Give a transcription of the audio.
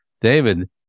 David